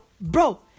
bro